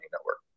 Network